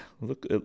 look